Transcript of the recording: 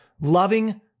Loving